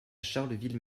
charleville